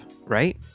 right